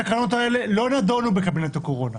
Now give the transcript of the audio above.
התקנות האלה לא נדונו בקבינט הקורונה,